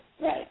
right